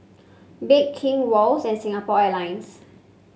Bake King Wall's and Singapore Airlines